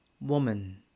Woman